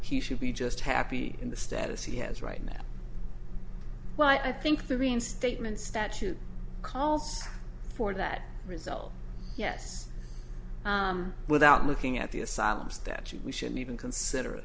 he should be just happy in the status he has right now well i think the reinstatement statute calls for that result yes without looking at the asylum statute we shouldn't even consider